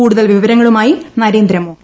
കൂടുതൽ വിവരങ്ങളുമായി നരേന്ദ്ര മോഹൻ